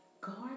guard